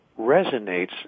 resonates